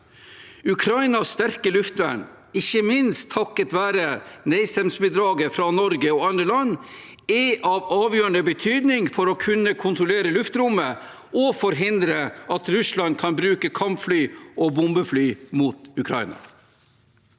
Ukrainas sterke luftvern, ikke minst takket være NASAMS-bidraget fra Norge og andre land, er av avgjørende betydning for å kunne kontrollere luftrommet og forhindre at Russland kan bruke kampfly og bombefly mot Ukraina.